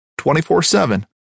24-7